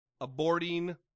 aborting